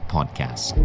Podcast